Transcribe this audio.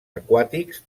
aquàtics